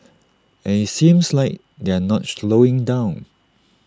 and IT seems like they're not slowing down